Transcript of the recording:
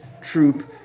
troop